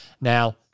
Now